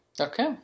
Okay